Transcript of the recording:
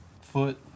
foot